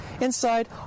Inside